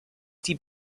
die